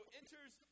enters